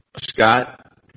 scott